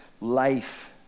life